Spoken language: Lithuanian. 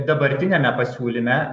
dabartiniame pasiūlyme